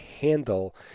handle